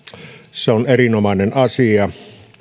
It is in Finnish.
se on erinomainen asia